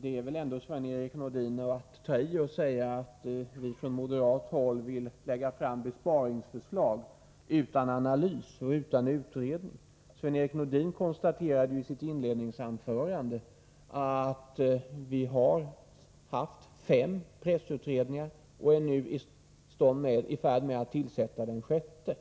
Det är väl ändå att ta i, Sven-Erik Nordin, att säga att vi från moderat håll lägger fram besparingsförslag utan analys och utan utredning. Sven-Erik Nordin konstaterade ju i sitt inledningsanförande att vi haft fem pressutredningar och nu är i färd med att tillsätta den sjätte.